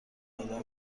آدم